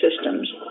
systems